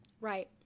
right